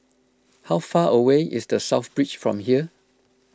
how far away is the South Beach from here